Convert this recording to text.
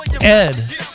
Ed